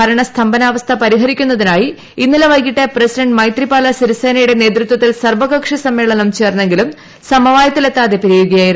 ഭരണസ്തംഭനാവസ്ഥ പരിഹരിക്കുന്നതിനായി ഇന്നലെ വൈകിട്ട് പ്രസിഡന്റ് മൈത്രിപാല സിരിസേനയുടെ നേതൃത്വത്തിൽ സർവ്വകക്ഷി സമ്മേളനം ചേർന്നെങ്കിലും സമവായത്തിലെത്താതെ പിരിയുകയായിരുന്നു